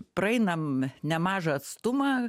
praeinam nemažą atstumą